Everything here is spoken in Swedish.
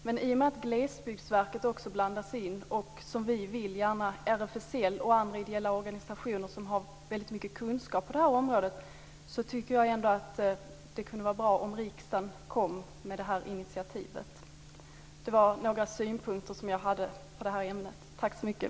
Men i och med att också Glesbygdsverket blandas in - och, vilket vi vill, gärna RFSL och andra ideella organisationer, som har väldigt mycket kunskap på det här området - tycker jag ändå att det kunde vara bra om riksdagen kom med det här initiativet. Det var några synpunkter som jag hade på det här ämnet.